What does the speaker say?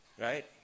Right